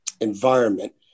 environment